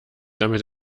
damit